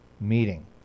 meeting